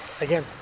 again